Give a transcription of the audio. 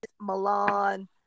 Milan